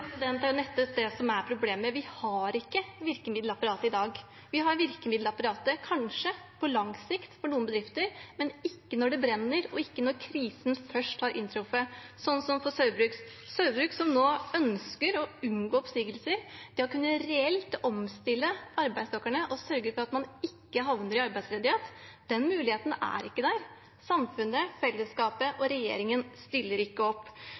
det er nettopp det som er problemet. Vi har ikke virkemiddelapparatet i dag. Vi har virkemiddelapparatet kanskje på lang sikt for noen bedrifter, men ikke når det brenner, og ikke når krisen først har inntruffet, sånn som for Saugbrugs, som nå ønsker å unngå oppsigelser. Muligheten til reelt å kunne omstille arbeidstakerne og sørge for at man ikke havner i arbeidsledighet, er ikke der. Samfunnet, fellesskapet og regjeringen stiller ikke opp.